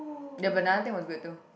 their banana thing was good too